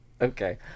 Okay